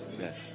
Yes